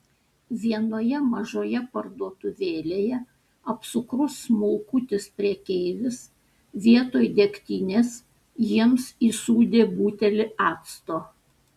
vienoje mažoje parduotuvėlėje apsukrus smulkutis prekeivis vietoj degtinės jiems įsūdė butelį acto